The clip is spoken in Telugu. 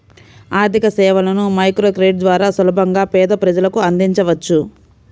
ఆర్థికసేవలను మైక్రోక్రెడిట్ ద్వారా సులభంగా పేద ప్రజలకు అందించవచ్చు